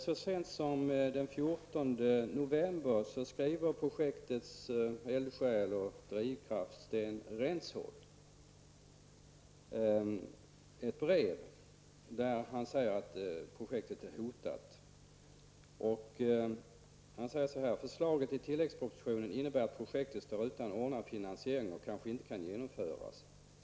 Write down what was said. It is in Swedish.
Så sent som den 14 november skriver projektets eldsjäl och drivkraft Sten Rentzhog ett brev där han säger att projektet är hotat. Han säger så här: Förslaget i tilläggspropositionen innebär att projektet står utan ordnad finansiering och kanske inte kan genomföras.